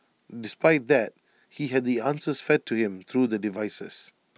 despite that he had the answers fed to him through the devices